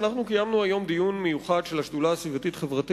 אנחנו קיימנו היום דיון מיוחד של השדולה הסביבתית-חברתית